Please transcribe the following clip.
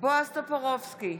בועז טופורובסקי,